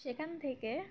সেখান থেকে